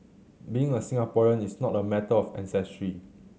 being a Singaporean is not a matter of ancestry